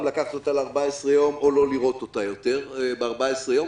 לקחת אותה ל-14 ימים או לא לראות אותה יותר במשך 14 הימים.